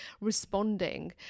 responding